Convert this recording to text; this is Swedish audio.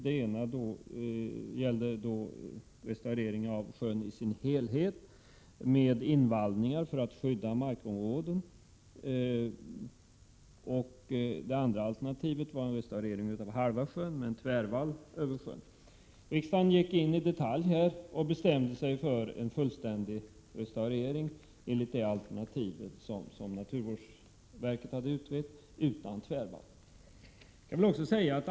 Det ena gällde restaurering av sjön i dess helhet med invallningar för att skydda markområden, det andra gällde en restaurering av halva sjön med en tvärvall över sjön. Riksdagen gick in i detalj och bestämde sig för en fullständig restaurering enligt det alternativ naturvårdsverket utrett, utan tvärvall.